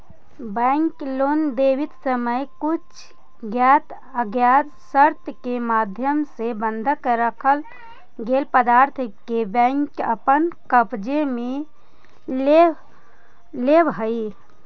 bank loan देवित समय कुछ ज्ञात अज्ञात शर्त के माध्यम से बंधक रखल गेल पदार्थ के बैंक अपन कब्जे में ले लेवऽ हइ